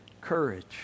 courage